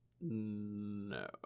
No